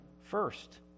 first